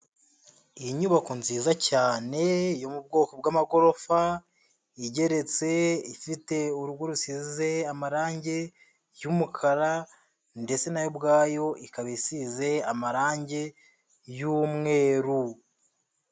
Inyubako nziza cyane yo mu bwoko bw'amagorofa, igeretse, ifite urugo rusize amarange y'umukara ndetse nayo ubwayo ikaba isize amarange y'umweru.